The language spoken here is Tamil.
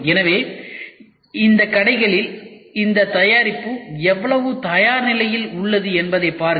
எனவே இந்த கடைகளில் இந்த தயாரிப்பு எவ்வளவு தயார் நிலையில் உள்ளது என்பதைப் பாருங்கள்